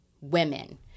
women